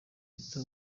bita